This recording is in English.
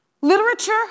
literature